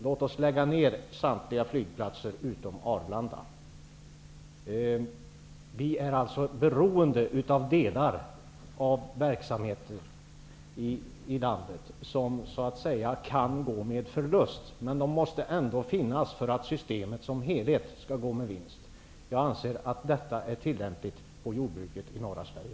Låt oss lägga ned samtliga flygplatser utom Arlanda! Vi är alltså beroende av delar av verksamheten i landet som kan gå med förlust, men som ändå måste finnas för att systemet som helhet skall gå med vinst. Jag anser att detta resonemang är tillämpligt på jordbruket i norra Sverige.